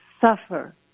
suffer